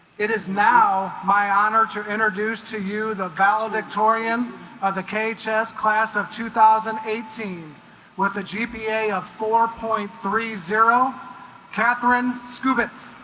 it is now my honor to introduce to you the valedictorian of the k chess class of two thousand and eighteen with a gpa of four point three zero kathryn skoob it's